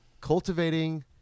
cultivating